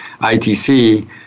ITC